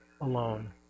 alone